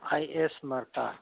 I S ꯃꯔꯀꯥ